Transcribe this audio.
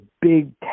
big